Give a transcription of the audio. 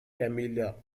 camilla